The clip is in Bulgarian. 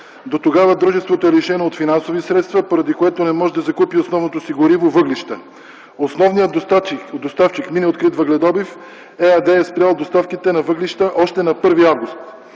Дотогава дружеството е лишено от финансови средства, поради което не може да закупи основното си гориво – въглища. Основният доставчик – мини „Открит въгледобив” ЕАД, е спрял доставките на въглища още на 1 август